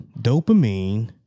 Dopamine